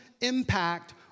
impact